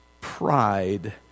Pride